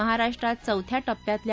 महाराष्ट्रात चौथ्या टप्प्यातल्या